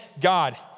God